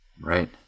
Right